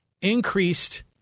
increased